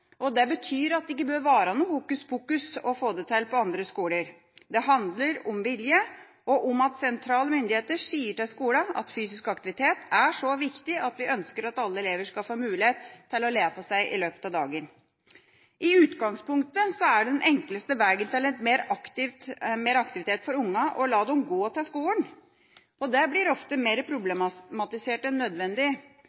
allerede. Det betyr at det ikke bør være noe hokuspokus å få det til på andre skoler. Det handler om vilje og om at sentrale myndigheter sier til skolene at fysisk aktivitet er så viktig at vi ønsker at alle elever skal få mulighet til å lee på seg i løpet av dagen. I utgangspunktet er den enkleste veien til mer aktivitet for ungene å la dem gå til skolen. Det blir ofte